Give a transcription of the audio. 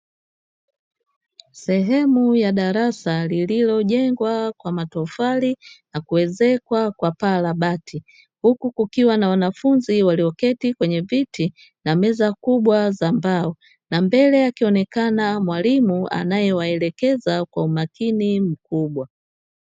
Sehemu ya darasa lililojengwa kwa matofali na kuezekwa kwa paa la bati, huku kukiwa na wanafunzi walioketi kwenye viti na meza kubwa za mbao, na mbele akionekana mwalimu anayewaelekeza kwa umakini mkubwa.